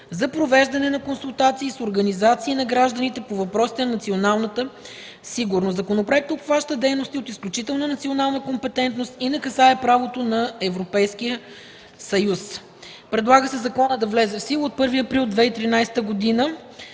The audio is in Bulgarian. за провеждане на консултации с организации на гражданите по въпросите на националната сигурност. Законопроектът обхваща дейности от изключителна национална компетентност и не касае правото на Европейския съюз. Предлага се законът да влезе в сила от 1 април 2013 г.